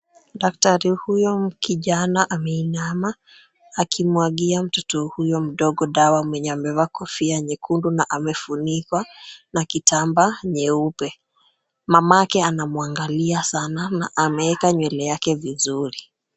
Daktari huyo kijana ameinama akimwagia mtoto huyo mdogo dawa mwenye amevaa kofia nyekundu na amefunikwa na kitambaa nyeupe. Mamake anamwangalia sana na ameweka nywele yake vizuri.